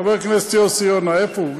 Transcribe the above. חבר הכנסת יוסי יונה, איפה הוא?